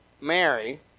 Mary